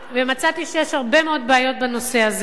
ומצאתי שיש הרבה מאוד בעיות בנושא הזה,